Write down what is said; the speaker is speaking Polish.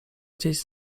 gdzieś